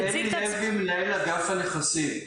זה אלי לוי, מנהל אגף הנכסים.